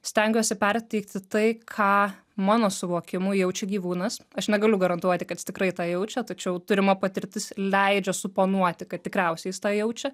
stengiuosi perteikti tai ką mano suvokimu jaučia gyvūnas aš negaliu garantuoti kad jis tikrai tą jaučia tačiau turima patirtis leidžia suponuoti kad tikriausiai jis tą jaučia